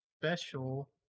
special